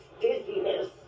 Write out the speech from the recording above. dizziness